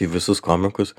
į visus komikus